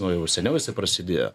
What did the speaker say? nu jau seniau jisai prasidėjo